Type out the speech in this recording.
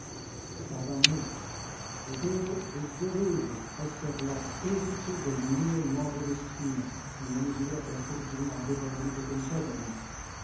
a me potevo e dovevo esser lartefice del mio nuovo destino nella misura che la fortuna aveva voluto concedermi